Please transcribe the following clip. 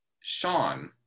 Sean